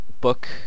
Book